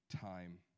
time